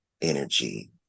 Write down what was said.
energy